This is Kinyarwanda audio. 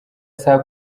saa